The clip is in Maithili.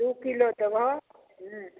दू किलो देबहो हूँ